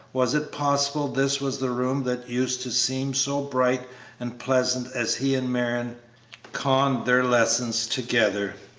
was it possible this was the room that used to seem so bright and pleasant as he and marion conned their lessons together?